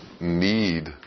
need